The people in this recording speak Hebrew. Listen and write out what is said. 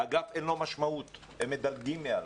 לאגף אין משמעות, הם מדלגים מעליו.